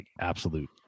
absolute